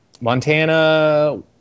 Montana